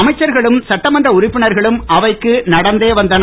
அமைச்சர்களும் சட்டமன்ற உறுப்பினர்களும் அவைக்கு நடந்தே வந்தனர்